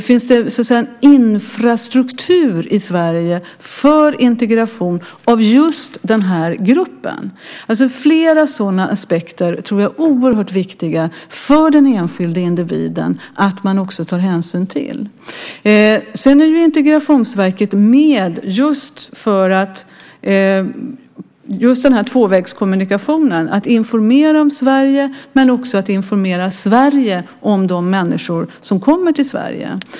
Finns det så att säga en infrastruktur i Sverige för integration av just den här gruppen? Flera sådana aspekter tror jag är oerhört viktiga att ta hänsyn till för den enskilde individens skull. Sedan är ju Integrationsverket med just för att vi ska få den här tvåvägskommunikationen: att informera om Sverige, men också att informera Sverige om de människor som kommer till Sverige.